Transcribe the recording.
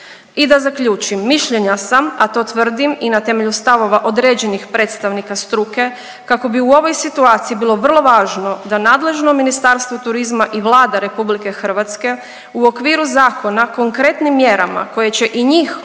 I da zaključim. Mišljenja sam a to tvrdim i na temelju stavova određenih predstavnika struke kako bi u ovoj situaciji bilo vrlo važno da nadležno Ministarstvo turizma i Vlada Republike Hrvatske u okviru zakona konkretnim mjerama koje će i njih